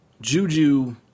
Juju